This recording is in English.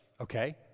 okay